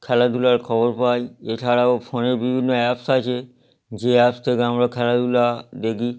খেলাধুলার খবর পাই এছাড়াও ফোনে বিভিন্ন অ্যাপস আছে যে অ্যাপস থেকে আমরা খেলাধুলা দেখি